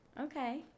Okay